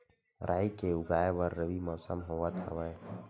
राई के उगाए बर रबी मौसम होवत हवय?